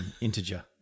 integer